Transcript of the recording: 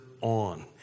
on